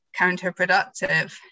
counterproductive